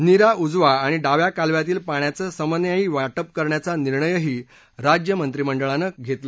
निरा उजवा आणि डाव्या कालव्यातील पाण्याचं समन्यायी वा पे करण्याचा निर्णयही राज्यमंत्रिमंडळानं आज घेतला